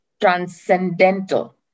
transcendental